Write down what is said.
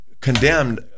condemned